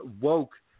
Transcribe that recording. woke